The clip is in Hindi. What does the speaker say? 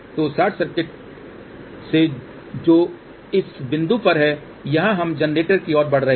तो शॉर्ट सर्किट से जो इस बिंदु पर है यहां हम जनरेटर की ओर बढ़ रहे हैं